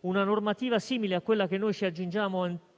una normativa simile a quella che ci accingiamo